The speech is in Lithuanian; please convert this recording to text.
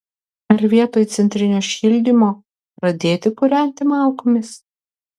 ar vietoj centrinio šildymo pradėti kūrenti malkomis